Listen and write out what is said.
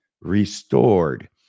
Restored